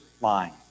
line